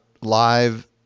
live